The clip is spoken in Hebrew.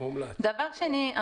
דבר שני,